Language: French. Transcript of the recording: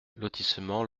lotissement